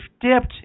dipped